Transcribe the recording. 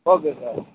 okay sir